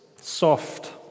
soft